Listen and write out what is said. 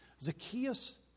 Zacchaeus